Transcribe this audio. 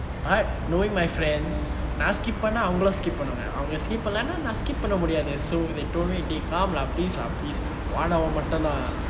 but knowing my friends நா:naa skip பன்னா அவுஙலும்:pannaa avungalum skip பன்னுவங்க நா:pannuvange naa skip பன்னலனா அவுங்கலும்:pannalanaa avungalum skip panna முடியாது:mudiyathu so they told me eh come lah please lah please one hour மட்டும்தான்:mattumthan